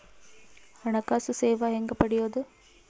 ಹಣಕಾಸು ಸೇವಾ ಹೆಂಗ ಪಡಿಯೊದ?